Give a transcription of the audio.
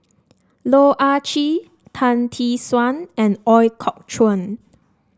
Loh Ah Chee Tan Tee Suan and Ooi Kok Chuen